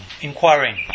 inquiring